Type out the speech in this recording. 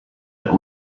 that